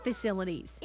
facilities